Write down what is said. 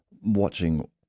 watching